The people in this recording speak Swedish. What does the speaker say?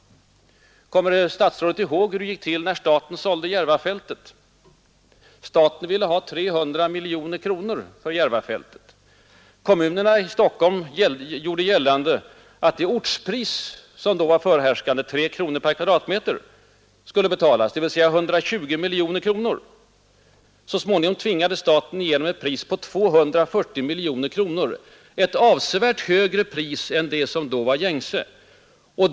Kommer statsrådet ihåg hur det gick till när staten sålde Järvafältet? Staten ville ha 300 miljoner kronor för fältet. Kommunerna i Storstockholm gjorde gällande att det ortspris som då var förhärskande, 3 kronor per kvadratmeter, skulle betalas, dvs. 120 miljoner kronor. Så småningom tvingade staten igenom ett pris på 240 miljoner kronor, ett a pris än det som då var gängse.